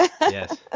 Yes